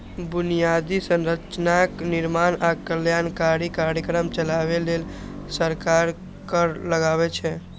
बुनियादी संरचनाक निर्माण आ कल्याणकारी कार्यक्रम चलाबै लेल सरकार कर लगाबै छै